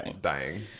dying